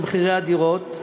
במחירי הדירות,